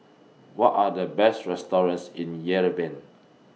What Are The Best restaurants in Yerevan